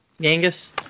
Genghis